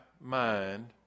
mind